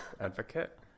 advocate